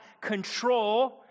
control